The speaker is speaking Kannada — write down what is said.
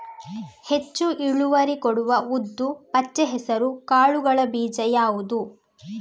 ಹೆಚ್ಚು ಇಳುವರಿ ಕೊಡುವ ಉದ್ದು, ಪಚ್ಚೆ ಹೆಸರು ಕಾಳುಗಳ ಬೀಜ ಯಾವುದು?